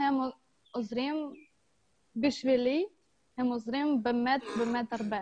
הם עוזרים לי ועוזרים הרבה.